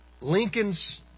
Lincoln's